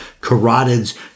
carotids